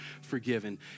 forgiven